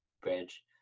bridge